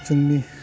जोंनि